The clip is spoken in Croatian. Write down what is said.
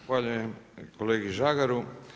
Zahvaljujem kolegi Žagaru.